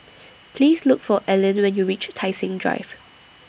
Please Look For Ellyn when YOU REACH Tai Seng Drive